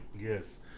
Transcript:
Yes